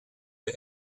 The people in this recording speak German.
der